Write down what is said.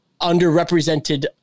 underrepresented